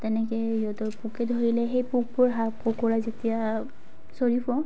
তেনেকৈ সিহঁতৰ পোকে ধৰিলে সেই পোকবোৰ হাঁহ কুকুৰাই যেতিয়া চৰিব